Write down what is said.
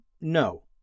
no